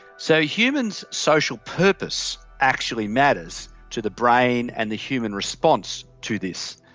so humans' social purpose actually matters to the brain and the human response to this,